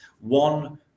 One